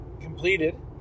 completed